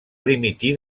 dimitir